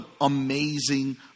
amazing